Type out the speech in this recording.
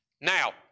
Now